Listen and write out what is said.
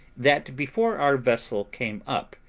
that before our vessel came up,